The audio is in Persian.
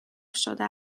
شده